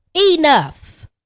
Enough